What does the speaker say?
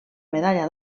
medalla